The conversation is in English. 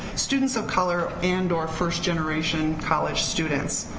students of color and or first generation college students.